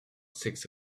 six